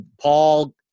Paul